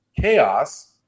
chaos